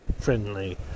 friendly